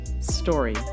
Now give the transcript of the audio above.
Story